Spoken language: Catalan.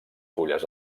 fulles